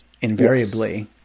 invariably